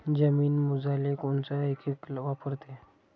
जमीन मोजाले कोनचं एकक वापरते?